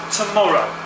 tomorrow